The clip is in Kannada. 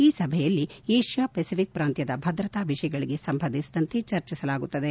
ಈ ಸಭೆಯಲ್ಲಿ ವಿಷ್ಣಾ ಪೆಸಿಫಿಕ್ ಪ್ರಾಂತ್ವದ ಭದ್ರತಾ ವಿಷಯಗಳಿಗೆ ಸಂಬಂಧಿಸಿದಂತೆ ಚರ್ಚಿಸಲಾಗುತ್ತದೆ